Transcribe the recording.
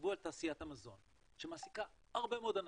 תחשבו על תעשיית המזון שמעסיקה הרבה מאוד אנשים,